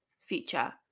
feature